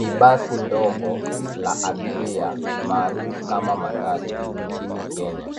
Ni basi ndogo la abiria maarufu kama matatu nchini Kenya.